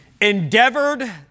endeavored